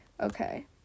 Okay